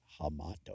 Hamato